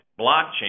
blockchain